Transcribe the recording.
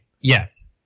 yes